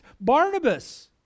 Barnabas